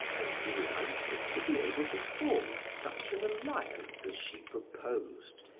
and delighted to be able to form such an alliance as she proposed,